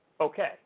Okay